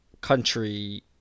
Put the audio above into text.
country